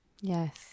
yes